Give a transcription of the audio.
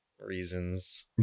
reasons